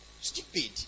Stupid